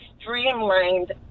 streamlined